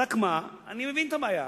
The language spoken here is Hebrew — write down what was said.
רק מה, אני מבין את הבעיה.